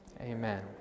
amen